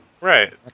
Right